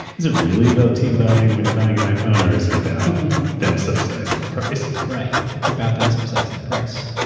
is it really about team buying when you're buying an iphone or is it about them subsiding the price? right. it's about them subsiding the price.